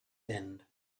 end